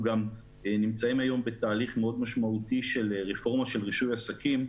אנחנו נמצאים היום בתהליך מאוד משמעותי של רפורמה של רישוי עסקים,